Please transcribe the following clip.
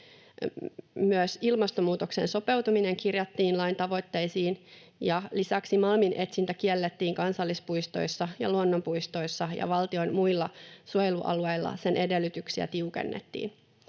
Myös ilmastonmuutokseen sopeutuminen kirjattiin lain tavoitteisiin, ja lisäksi malminetsintä kiellettiin kansallispuistoissa ja luonnonpuistoissa ja sen edellytyksiä tiukennettiin